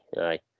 aye